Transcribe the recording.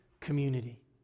community